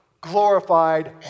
glorified